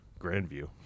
Grandview